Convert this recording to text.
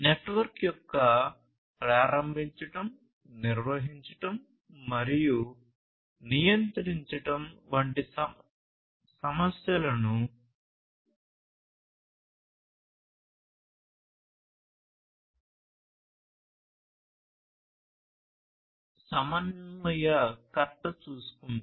network యొక్క ప్రారంభించడం నిర్వహించడం మరియు నియంత్రించడం వంటి సమస్యలను సమన్వయకర్త చూసుకుంటాడు